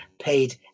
paid